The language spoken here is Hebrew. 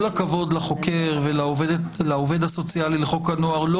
עם כל הכבוד לחוקר ולעובד הסוציאלי לחוק הנוער לא